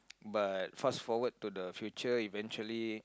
but fast forward to the future eventually